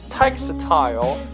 textile